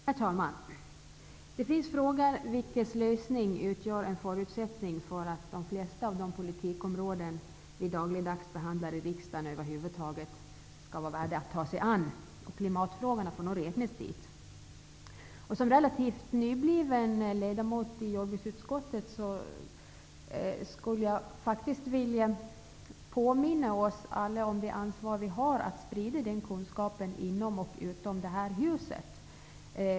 Herr talman! Det finns frågor vilkas lösning utgör en förutsättning för att de flesta av de politikområden som vi dagligdags behandlar i riksdagen över huvud taget skall vara värda att ta sig an. Klimatfrågorna får nog räknas dit. Som relativt nybliven ledamot i jordbruksutskottet vill jag påminna om det ansvar vi har att sprida denna kunskap inom och utanför det här huset.